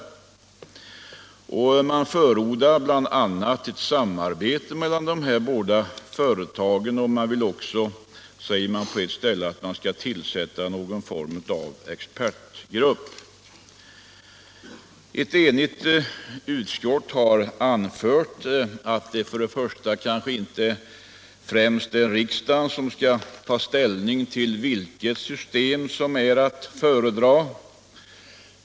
Motionärerna förordar bl.a. ett samarbete mellan de båda företagen, och de föreslår också att man skall tillsätta någon form av expertgrupp. Ett enigt utskott har anfört att det kanske inte främst är riksdagen som skall ta ställning till vilket system som är att föredra.